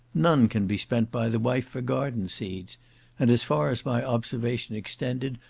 none can be spent by the wife for garden seeds and as far as my observation extended,